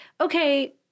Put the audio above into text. okay